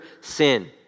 sin